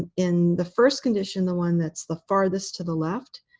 in the first condition, the one that's the farthest to the left,